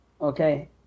Okay